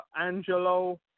Angelo